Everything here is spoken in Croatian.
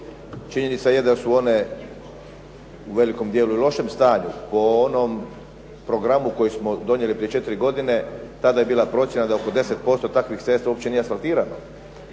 Činjenica je da su one u velikom dijelu u lošem stanju po onom programu koji smo donijeli prije četiri godine. Tada je bila procjena da oko 10% takvih cesta uopće nije asfaltirano